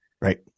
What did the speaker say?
Right